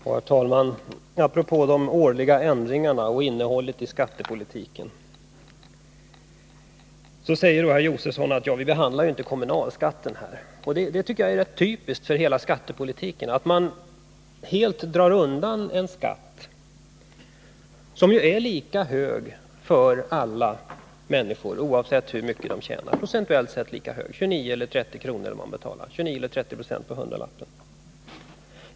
Herr talman! Apropå de årliga ändringarna av och innehållet i skattepolitiken säger herr Josefson att vi inte behandlar kommunalskatten här. Det tycker jag är rätt typiskt för hela skattepolitiken. Man bortser när man skall justera skatteskalorna helt från en skatt som är lika hög för alla människor, oavsett hur mycket de tjänar —29 eller 30 kr. av hundralappen.